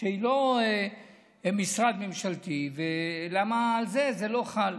שהיא לא משרד ממשלתי, ולמה על זה זה לא חל.